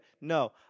No